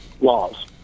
Laws